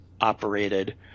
operated